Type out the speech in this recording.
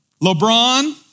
LeBron